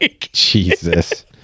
Jesus